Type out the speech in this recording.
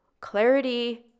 Clarity